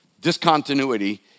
Discontinuity